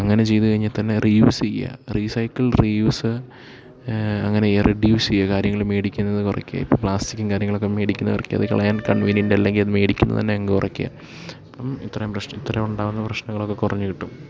അങ്ങനെ ചെയ്തു കഴിഞ്ഞാൽ തന്നെ റീയൂസ് ചെയ്യുക റീസൈക്കിൾ റീയൂസ്സ് അങ്ങനെ ചെയ്യുക റെഡ്യൂസ് ചെയ്യുക കാര്യങ്ങൾ മേടിക്കുന്നത് കുറയ്ക്കുക ഇപ്പം പ്ലാസ്റ്റിക്കും കാര്യങ്ങളൊക്കെ മേടിക്കുന്നവർകൊക്കെ അത് കളയാൻ കൺവീനിയൻ്റ് അല്ലെങ്കിൽ അത് മേടിക്കുന്നത് തന്നെ അങ്ങ് കുറയ്ക്കുക അപ്പം ഇത്തരം പ്രശ്നം ഇത്തം ഉണ്ടാവുന്ന പ്രശ്നങ്ങളൊക്കെ കുറഞ്ഞു കിട്ടും